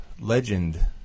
Legend